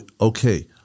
okay